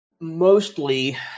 mostly